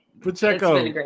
Pacheco